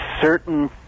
certain